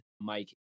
Mike